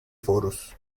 foros